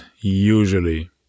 usually